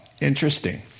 interesting